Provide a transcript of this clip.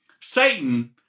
Satan